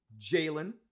Jalen